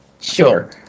Sure